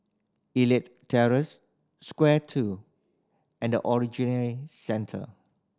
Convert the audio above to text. Elite Terrace Square Two and The Centre